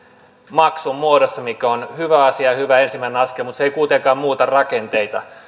maksun muodossa mikä on hyvä asia ja hyvä ensimmäinen askel mutta se ei kuitenkaan muuta rakenteita